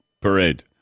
parade